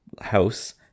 house